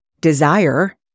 desire